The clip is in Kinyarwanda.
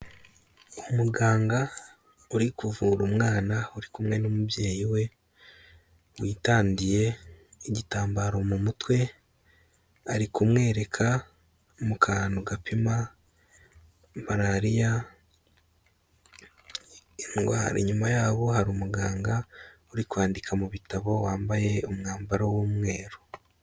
Umuganga uri kuvura umwana uri kumwe n'umubyeyi we, witandiye'igitambaro mu mutwe ari kumwereka mu kantu gapima Malaririya indwara, inyuma yaaho hari umuganga uri kwandika mu bitabo wambaye umwambaro w'umweru.